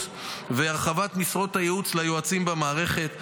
והרחבת משרות הייעוץ ליועצים במערכת.